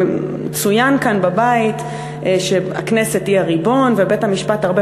צוין כאן בבית שהכנסת היא הריבון ובית-המשפט הרבה